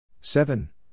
Seven